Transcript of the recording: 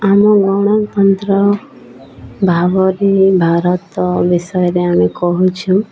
ଆମ ଗଣତନ୍ତ୍ର ଭାବରେ ଭାରତ ବିଷୟରେ ଆମେ କହୁଛୁ